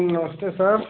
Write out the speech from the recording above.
नमस्ते सर